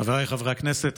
חבריי חברי הכנסת,